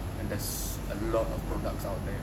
and there's a lot of products out there